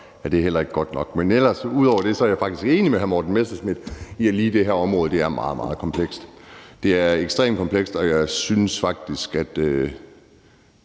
er det heller ikke godt nok. Men ud over det er jeg faktisk enig med hr. Morten Messerschmidt i, at lige det her område er meget, meget komplekst. Det er ekstremt komplekst, og jeg synes faktisk, at